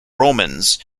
romans